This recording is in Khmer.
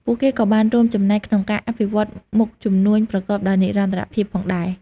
ពួកគេក៏បានរួមចំណែកក្នុងការអភិវឌ្ឍមុខជំនួញប្រកបដោយនិរន្តរភាពផងដែរ។